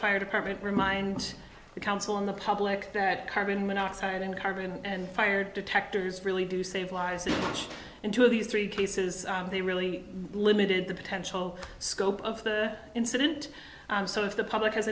fire department remind the council and the public that carbon monoxide and carbon and fire detectors really do save lives in which in two of these three cases they really limited the potential scope of the incident so if the public has